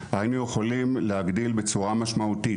היום אני בקבוצות של לקוחות בהייטק